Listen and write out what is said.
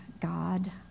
God